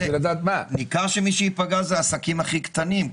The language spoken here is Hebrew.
וניכר שמי שייפגע זה העסקים הכי קטנים.